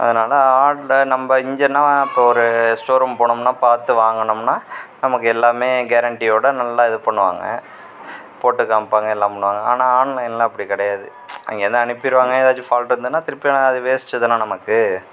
அதனால் ஆர்டரை நம்ம இங்கேன்னா இப்போ ஒரு ஷோரூம் போனோம்னால் பார்த்து வாங்குனோம்னால் நமக்கு எல்லாமே கேரண்ட்டியோடு நல்லா இது பண்ணுவாங்க போட்டுக்காமிப்பாங்க எல்லாம் பண்ணுவாங்க ஆனால் ஆன்லைனில் அப்படி கிடையாது அங்கேயிருந்து அனுப்பிவிடுவாங்க எதாச்சம் ஃபால்ட்டு இருந்ததுனா திருப்பி அது வேஸ்ட்டு தான் நமக்கு